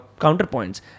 counterpoints